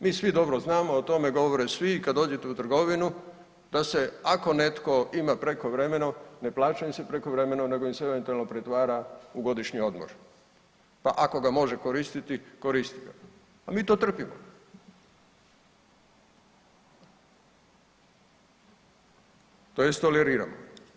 Mi svi dobro znamo, o tome govore svi, kad dođete u trgovinu da se ako netko ima prekovremeno ne plaća im se prekovremeno nego im se eventualno pretvara u godišnji odmor, pa ako ga može koristiti koristi ga, a mi to trpimo tj. toleriramo.